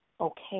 okay